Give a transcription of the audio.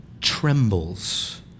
trembles